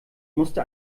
musste